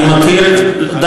אני מכיר את זה.